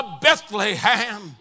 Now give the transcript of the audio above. Bethlehem